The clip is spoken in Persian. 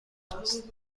است